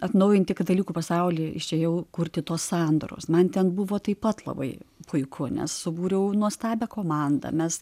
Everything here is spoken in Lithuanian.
atnaujinti katalikų pasauly išėjau kurti tos sandoros man ten buvo taip pat labai puiku nes subūriau nuostabią komandą mes